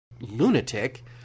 lunatic